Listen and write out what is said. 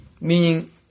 Meaning